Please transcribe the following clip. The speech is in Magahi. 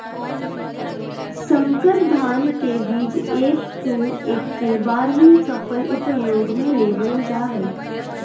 संकर धान के बीज एफ.टू एक्के बार ही फसल उपयोग में लेवल जा हइ